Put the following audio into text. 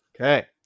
Okay